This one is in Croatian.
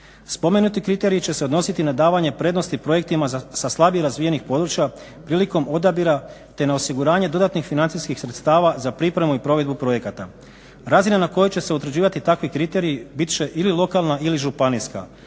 Spomenuti kriteriji će se odnositi na davanje prednostima projektima sa slabije razvijenih područja prilikom odabira, te na osiguranje dodatnih financijskih sredstava za pripremu i provedbu projekata. Razina na kojoj će se utvrđivati takvi kriteriji, bit će ili lokalna ili županijska,